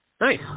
Nice